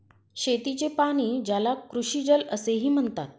शेतीचे पाणी, ज्याला कृषीजल असेही म्हणतात